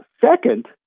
second